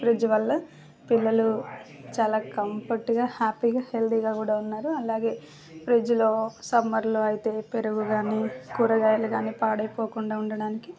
fridge వల్ల పిల్లలు చాలా కంఫోర్టుగా హ్యాపీగా హెల్డీగా కూడా ఉన్నారు అలాగే ఫ్రిడ్జిలో సమ్మర్లో అయితే పెరుగుకాని కూరగాయాలుకాని పాడైపోకుండా ఉండడానికి